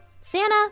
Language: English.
Santa